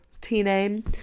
T-Name